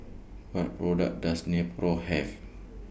What products Does Nepro Have